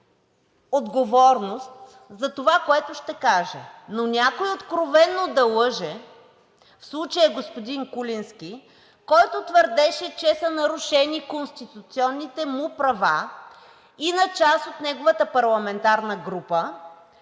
някой откровено да лъже – в случая господин Куленски, който твърдеше, че са нарушени конституционните му права и на част от неговата парламентарна група,